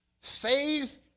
Faith